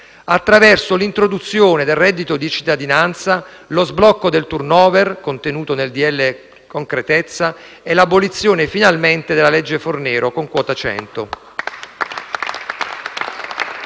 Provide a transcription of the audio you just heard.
attraverso l'introduzione del reddito di cittadinanza, lo sblocco del *turnover* - contenuto del decreto-legge concretezza - e l'abolizione finalmente della legge Fornero, con quota 100.